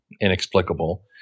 inexplicable